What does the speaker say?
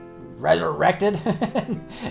resurrected